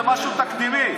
זה משהו תקדימי,